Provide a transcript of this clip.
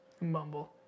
Mumble